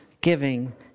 giving